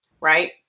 right